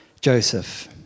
Joseph